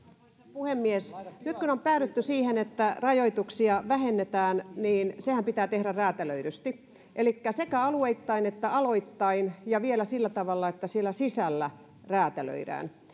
puhemies nyt kun on päädytty siihen että rajoituksia vähennetään niin sehän pitää tehdä räätälöidysti elikkä sekä alueittain että aloittain ja vielä sillä tavalla että siellä sisällä räätälöidään